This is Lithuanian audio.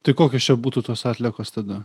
tai kokios čia būtų tos atliekos tada